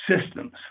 systems